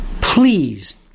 Please